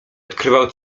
odkrywał